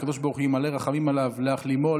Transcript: הקדוש ברוך הוא ימלא רחמים עליו להחלימו,